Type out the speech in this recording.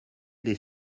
des